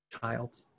child